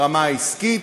ברמה העסקית,